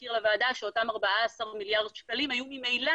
להזכיר לוועדה שאותם 14 מיליארד שקלים היו ממילא